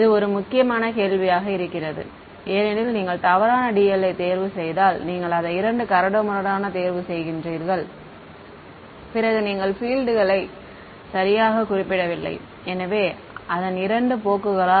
இது ஒரு முக்கியமான கேள்வியாக இருக்கிறது ஏனெனில் நீங்கள் தவறான dl ஐ தேர்வு செய்தால் நீங்கள் அதை இரண்டு கரடுமுரடானதாக தேர்வு செய்கின்றீர்கள் பிறகு நீங்கள் பீல்ட் களை சரியாக குறிப்பிடவில்லை எனவே அதன் இரண்டு போக்குகளால்